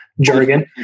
jargon